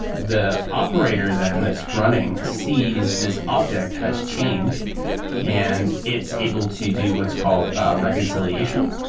the operator then that's running sees this object has changed and it's able to do what's called a reconciliation,